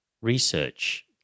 Research